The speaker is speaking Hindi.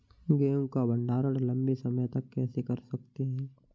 गेहूँ का भण्डारण लंबे समय तक कैसे कर सकते हैं?